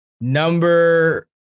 number